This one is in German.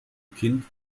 kind